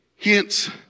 Hence